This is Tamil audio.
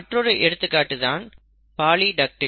மற்றொரு எடுத்துக்காட்டு தான் பாலிடக்டில்